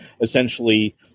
Essentially